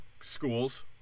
schools